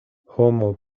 homo